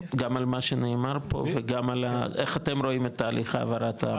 גם על מה שנאמר פה וגם על איך אתם רואים את תהליך העברת המקל?